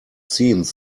seems